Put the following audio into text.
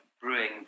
brewing